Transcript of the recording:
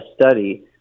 study